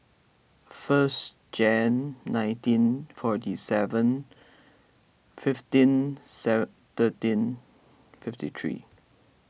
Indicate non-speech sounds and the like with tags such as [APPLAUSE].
first Jan nineteen forty seven fifteen [UNINTELLIGIBLE] fifty three